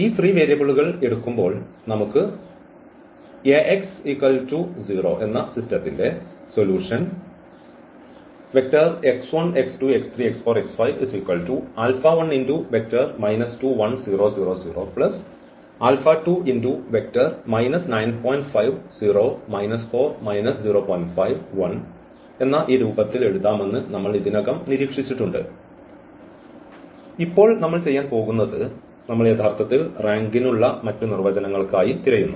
ഈ ഫ്രീ വേരിയബിളുകൾ എടുക്കുമ്പോൾ നമുക്ക് ഈ Ax 0 യുടെ സൊലൂഷൻ ഈ രൂപത്തിൽ എഴുതാമെന്ന് നമ്മൾ ഇതിനകം നിരീക്ഷിച്ചിട്ടുണ്ട് ഇപ്പോൾ നമ്മൾ ചെയ്യാൻ പോകുന്നത് നമ്മൾ യഥാർത്ഥത്തിൽ റാങ്കിനുള്ള മറ്റ് നിർവചനങ്ങൾക്കായി തിരയുന്നു